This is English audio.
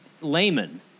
layman